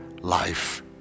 life